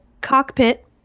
cockpit